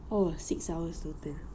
oh six hours total